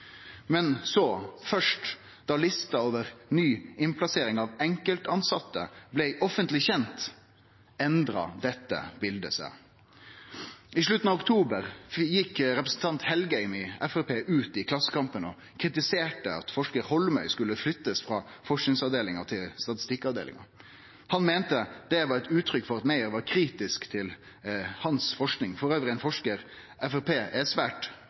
Men så – først da lista over ny plassering av enkelttilsette blei offentleg kjend – endra dette bildet seg. I slutten av oktober gjekk representanten Engen-Helgheim i Framstegspartiet ut i Klassekampen og kritiserte at forskaren Holmøy skulle flyttast frå forskingsavdelinga til statistikkavdelinga. Han meinte det var eit uttrykk for at Meyer var kritisk til forskinga hans – elles ein forskar Framstegspartiet er svært